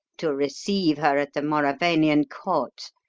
to receive her at the mauravanian court,